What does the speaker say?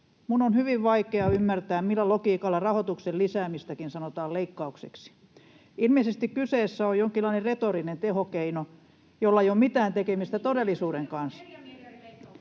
Minun on hyvin vaikea ymmärtää, millä logiikalla rahoituksen lisäämistäkin sanotaan leikkaukseksi. Ilmeisesti kyseessä on jonkinlainen retorinen tehokeino, jolla ei ole mitään tekemistä todellisuuden kanssa.